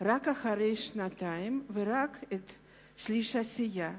רק אחרי שנתיים, ורק שליש הסיעה.